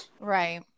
Right